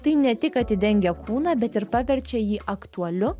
tai ne tik atidengia kūną bet ir paverčia jį aktualiu